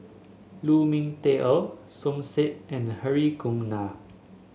Lu Ming Teh Earl Som Said and Hri Kumar Nair